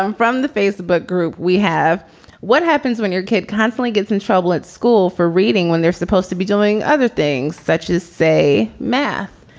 um from the facebook group, we have what happens when your kid constantly gets in trouble at school for reading when they're supposed to be doing other things such as, say, math?